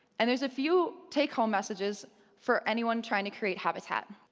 and there's a few take-home messages for anyone trying to create habitat.